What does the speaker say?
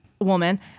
woman